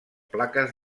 plaques